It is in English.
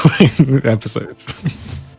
Episodes